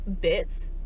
bits